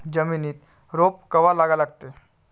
जमिनीत रोप कवा लागा लागते?